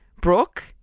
Brooke